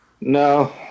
No